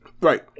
Right